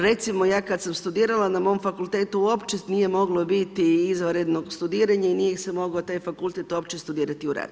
Recimo kada sam ja studirala, na mom fakultetu, uopće nije moglo biti izvanrednog studiranja i nije se moglo taj fakultet uopće studirati u rad.